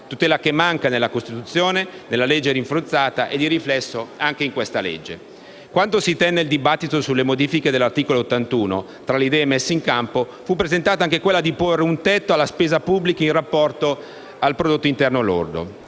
tutela che manca nella Costituzione, nella legge rinforzata e, di riflesso, anche in questo disegno di legge. Quando si tenne il dibattito sulle modifiche dell'articolo 81, tra le idee messe in campo, fu presentata anche quella di porre un tetto alla spesa pubblica in rapporto al prodotto interno lordo.